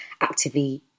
actively